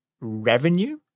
revenue